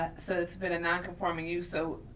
ah so it's been a non conforming use, so,